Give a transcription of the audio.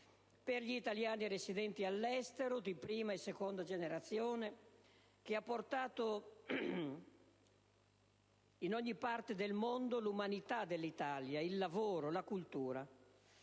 per gli italiani residenti all'estero, di prima e seconda generazione, che hanno portato in ogni parte del mondo l'umanità dell'Italia, il lavoro, la cultura.